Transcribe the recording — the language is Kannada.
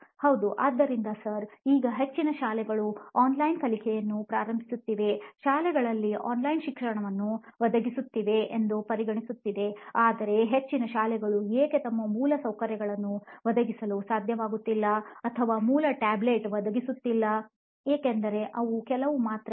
ಹೌದು ಆದ್ದರಿಂದ ಸರ್ ಈಗ ಹೆಚ್ಚಿನ ಶಾಲೆಗಳು ಆನ್ಲೈನ್ ಕಲಿಕೆಯನ್ನು ಪ್ರಾರಂಭಿಸುತ್ತಿವೆ ಶಾಲೆಗಳಲ್ಲಿ ಆನ್ಲೈನ್ ಶಿಕ್ಷಣವನ್ನು ಒದಗಿಸುತ್ತಿವೆ ಎಂದು ಪರಿಗಣಿಸುತ್ತಿದೆ ಆದರೆ ಹೆಚ್ಚಿನ ಶಾಲೆಗಳು ಏಕೆ ಉತ್ತಮ ಮೂಲಸೌಕರ್ಯಗಳನ್ನು ಒದಗಿಸಲು ಸಾಧ್ಯವಾಗುತ್ತಿಲ್ಲ ಅಥವಾ ಮೂಲ ಟ್ಯಾಬ್ಲೆಟ್ ಒದಗಿಸುತ್ತಿಲ್ಲ ಏಕೆಂದರೆ ಅವು ಕೆಲವು ಮಾತ್ರ ಇವೆ